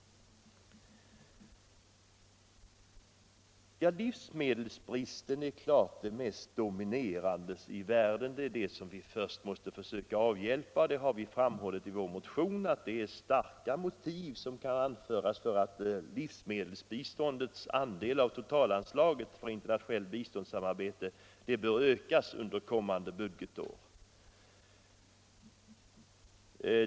Livsmedelsbristen är det mest dominerande problemet i världen, det som vi först måste försöka avhjälpa. Vi har i vår motion framhållit att starka motiv kan anföras för att livsmedelsbiståndets andel av totalanslaget för internationellt biståndssamarbete bör ökas under kommande budgetår.